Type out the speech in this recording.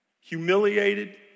humiliated